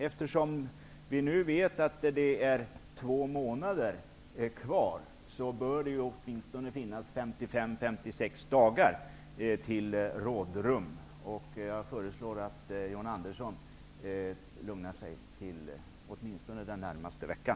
Eftersom vi nu vet att det är två månader kvar, bör det åtminstone finnas 55--56 dagar till rådrum. Jag föreslår att John Andersson lugnar sig åtminstone den närmaste veckan.